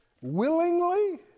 Willingly